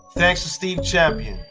thanks to steve champion,